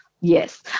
yes